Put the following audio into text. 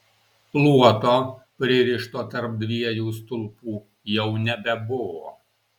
luoto pririšto tarp dviejų stulpų jau nebebuvo